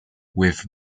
with